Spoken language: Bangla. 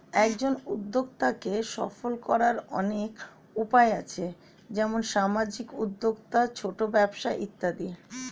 একজন উদ্যোক্তাকে সফল করার অনেক উপায় আছে, যেমন সামাজিক উদ্যোক্তা, ছোট ব্যবসা ইত্যাদি